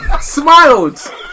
smiled